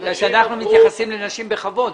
כי אנחנו מתייחסים לנשים בכבוד.